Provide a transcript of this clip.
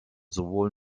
sowohl